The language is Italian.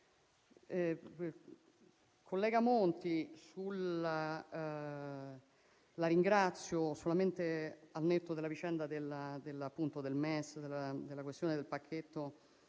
Collega Monti, nel ringraziarla, al netto della vicenda del MES e della questione del pacchetto,